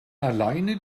alleine